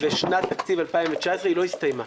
לשנת תקציב 2019, היא לא הסתיימה.